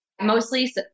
mostly